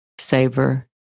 savor